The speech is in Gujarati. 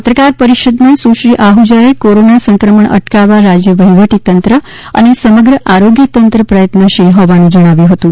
પત્રકાર પરિષદમાં સુશ્રી આહુજાએ કોરોના સંક્રમણ અટકાવવા રાજ્ય વહીવટીતંત્ર અને સમગ્ર આરોગ્યતંત્ર પ્રયત્નશીલ હોવાનું જણાવ્યું હતું